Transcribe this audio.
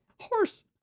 horse